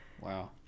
wow